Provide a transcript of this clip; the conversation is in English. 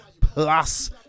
plus